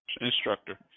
Instructor